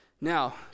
Now